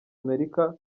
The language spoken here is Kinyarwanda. amerika